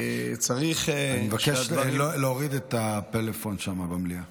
אני מבקש להוריד את הפלאפון שם במליאה,